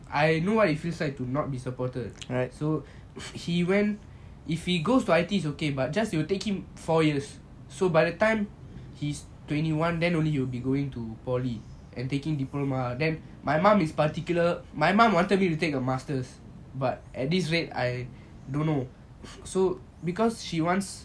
I know what it feels like to not be supported right so he went if he goes to I_T_E is okay but just will take him four years so by the time he's twenty one then only he will be going to poly and taking diploma then my mum is particular my mom wanted me to take a masters but at this rate I don't know so because she wants